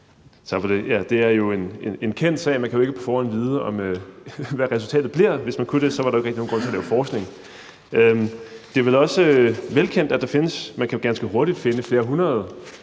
Det er jo en kendt sag, at man ikke på forhånd kan vide, hvad resultatet bliver, for hvis man kunne det, var der jo ikke rigtig nogen grund til at lave forskning. Det er vel også velkendt, at man ganske hurtigt kan finde flere hundrede